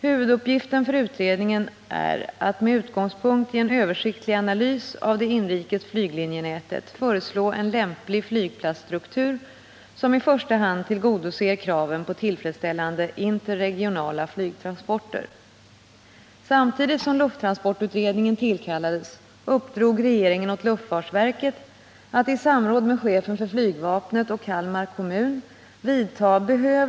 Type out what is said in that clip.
Huvuduppgiften för utredningen är att med utgångspunkt i en översiktlig analys av det inrikes flyglinjenätet föreslå en lämplig flygplatsstruktur som i första hand tillgodoser kraven på tillfredsställande interregionala flygtransporter.